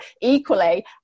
equally